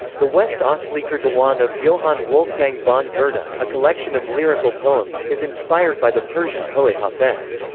the west-ostlicher diwan of johann wolfgang von goethe, but a collection of lyrical poems, is inspired by the persian poet hafez.